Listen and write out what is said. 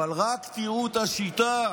כמובן, אבל רק תראו את השיטה,